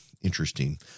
interesting